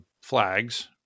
flags